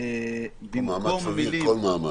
שבמקום המילים --- "מאמץ סביר" במקום "כל מאמץ".